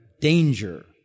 danger